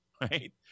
right